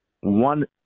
one